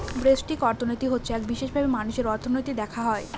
ব্যষ্টিক অর্থনীতি হচ্ছে এক বিশেষভাবে মানুষের অর্থনীতি দেখা হয়